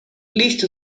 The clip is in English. least